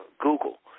Google